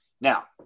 Now